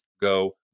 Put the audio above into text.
go